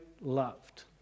loved